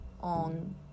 on